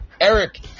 Eric